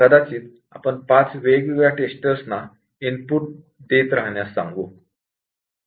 कदाचित आपण 5 वेगवेगळ्या टेस्टर्स ना इनपुट देत राहण्यास सांगू